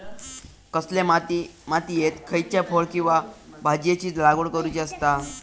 कसल्या मातीयेत खयच्या फळ किंवा भाजीयेंची लागवड करुची असता?